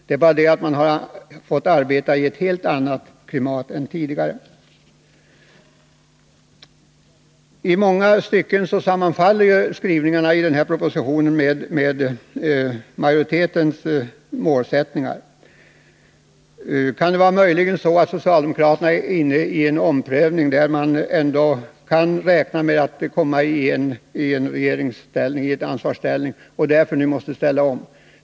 Det är bara det att man har fått arbeta i ett helt annat klimat än tidigare. I många stycken sammanfaller skrivningarna i den här reservationen med majoritetens målsättningar. Kan det möjligen vara så att socialdemokraterna är inne i en omprövning, att de räknar med att komma i ansvarsställning och därför nu måste ställa om?